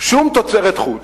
שום תוצרת חוץ,